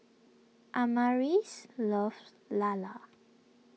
Amaris loves Lala